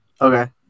Okay